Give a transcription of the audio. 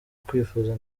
kwifuza